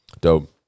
dope